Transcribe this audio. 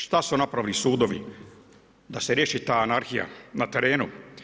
Šta su napravili sudovi da se riješi ta anarhija na terenu?